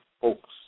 folks